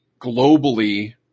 globally